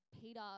Peter